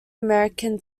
american